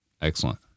Excellent